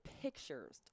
pictures